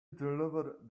delivered